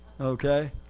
Okay